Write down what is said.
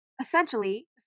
Essentially